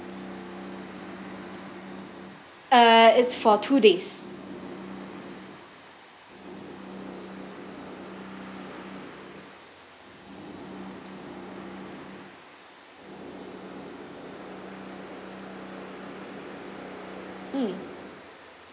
uh it's for two days mm